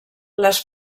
les